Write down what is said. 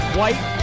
white